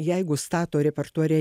jeigu stato repertuare